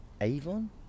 Avon